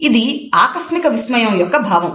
ఇది ఆకస్మిక విస్మయం యొక్క భావం